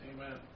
Amen